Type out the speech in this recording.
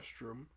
restroom